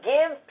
Give